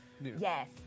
Yes